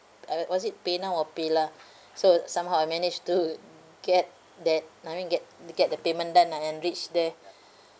uh was it paynow or paylah so somehow I manage to get that I mean get to get the payment done ah and reach there